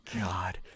God